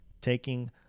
taking